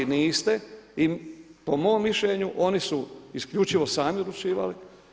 Niste i po mom mišljenju oni su isključivo sami odlučivali.